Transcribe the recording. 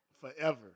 Forever